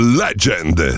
legend